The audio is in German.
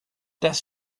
das